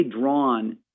drawn